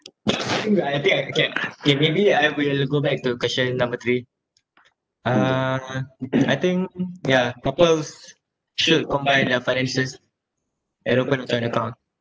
I think uh I think I can K maybe I will go back to question number three uh I think ya couples should combine their finances and open a joint account